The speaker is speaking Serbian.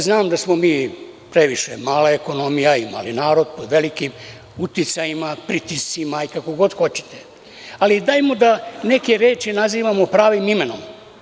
Znam da smo previše mala ekonomija i mali narod pod velikim uticajima, pritiscima, kako hoćete, ali dajte da neke reči nazivamo pravim imenom.